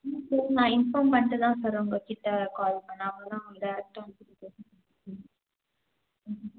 sir நான் inform பண்ணிவிட்டு தான் சார் உங்கள் கிட்டே கால் பண்ண அவங்க தான் உங்கள் கிட்டே டேரெக்ட்டாக உங்களை